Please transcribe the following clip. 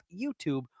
youtube